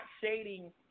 shading